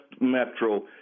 Metro